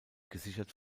gesichert